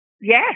Yes